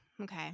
Okay